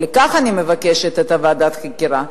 ולכך אני מבקשת את ועדת החקירה,